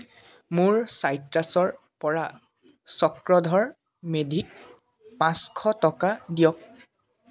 মোৰ চাইট্ৰাছৰপৰা চক্ৰধৰ মেধিক পাঁচশ টকা দিয়ক